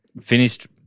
Finished –